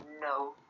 no